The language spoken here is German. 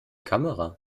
kamera